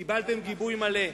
קיבלתם גיבוי מלא.